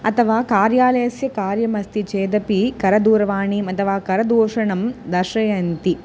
अथवा कार्यालयस्य कार्यम् अस्ति चेदपि करदूरवाणीम् अथवा करदूषणं दर्शयन्ति